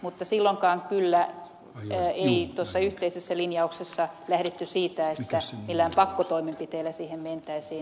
mutta silloinkaan kyllä ei tuossa yhteisessä linjauksessa lähdetty siitä että millään pakkotoimenpiteillä siihen mentäisiin